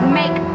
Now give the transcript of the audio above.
make